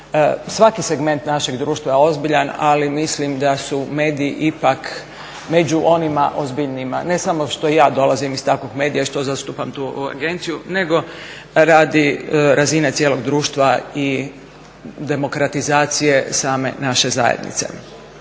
Svaki segment našeg društva je ozbiljan ali mislim da su mediji ipak među onima ozbiljnijima ne samo što ja dolazim iz takvog medija i što zastupam tu Agenciju nego radi razine cijelog društva i demokratizacije same naše zajednice.